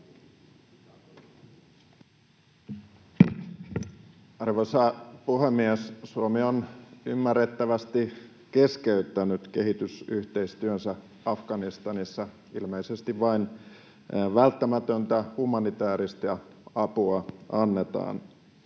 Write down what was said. Arvoisa puhemies! Suomi on ymmärrettävästi keskeyttänyt kehitysyhteistyönsä Afganistanissa. Ilmeisesti vain välttämätöntä humanitääristä apua annetaan.